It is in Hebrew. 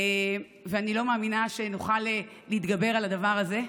ואני לא מאמינה שנוכל להתגבר על הדבר הזה,